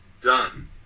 done